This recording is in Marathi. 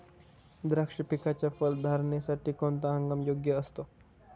द्राक्ष पिकाच्या फलधारणेसाठी कोणता हंगाम योग्य असतो?